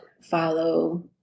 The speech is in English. follow